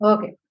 Okay